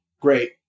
great